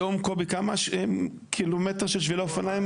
היום קובי, כמה קילומטרים של שבילי אופניים?